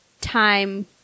time